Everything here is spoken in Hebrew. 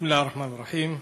בסם אללה א-רחמאן א-רחים.